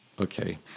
Okay